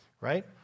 right